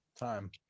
time